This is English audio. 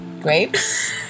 Grapes